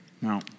Now